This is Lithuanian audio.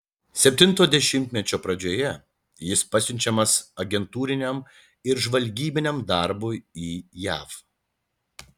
septinto dešimtmečio pradžioje jis pasiunčiamas agentūriniam ir žvalgybiniam darbui į jav